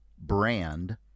Brand